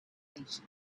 patience